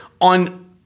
on